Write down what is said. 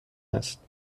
است